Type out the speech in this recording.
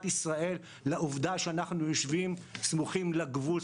ישראל לעובדה שאנחנו יושבים סמוכים לגבול,